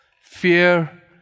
Fear